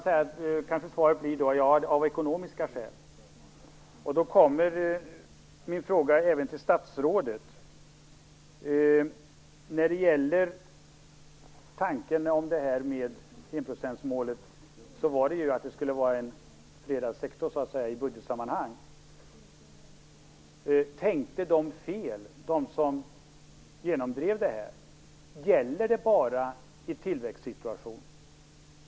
Kanske svaret då blir: av ekonomiska skäl. Då vill jag ställa följande fråga till statsrådet. Tanken med enprocentsmålet var ju att det skulle vara en fredad sektor i budgetsammanhang. Tänkte de fel som genomdrev det här? Gäller det bara i en tillväxtsituation?